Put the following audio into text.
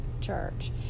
church